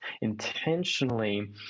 intentionally